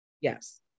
Yes